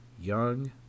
young